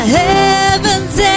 heavens